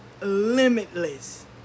limitless